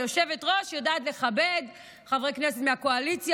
כיושבת-ראש אני יודעת לכבד חברי כנסת מהקואליציה